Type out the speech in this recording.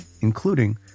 including